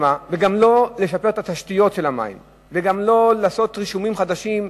לא לשפר את התשתיות של המים וגם לא לעשות רישומים חדשים,